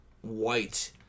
White